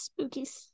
spookies